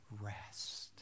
rest